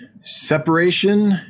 separation